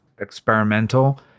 experimental